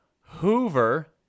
Hoover